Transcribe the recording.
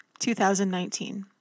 2019